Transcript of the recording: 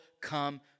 come